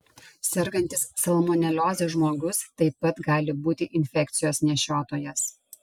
sergantis salmonelioze žmogus taip pat gali būti infekcijos nešiotojas